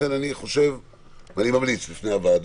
לכן אני ממליץ בפני הוועדה